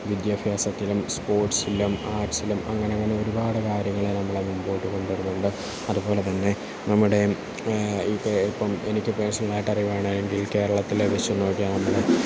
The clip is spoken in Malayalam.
വിദ്യാഭ്യാസത്തിലും സ്പോർട്സിലും ആർട്സിലും അങ്ങനങ്ങനെയൊരുപാട് കാര്യങ്ങള് നമ്മള് മുൻപോട്ട് കൊണ്ടുവരുന്നുണ്ട് അതുപോലെതന്നെ നമ്മുടെയും ഇത് ഇപ്പം എനിക്ക് പേഴ്സണലായിട്ട് അറിയുവാണ് എങ്കിൽ കേരളത്തിലപേക്ഷിച്ച് നോക്കുകയാണെങ്കിൽ